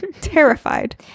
terrified